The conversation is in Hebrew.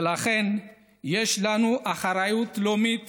ולכן, יש לנו אחריות לאומית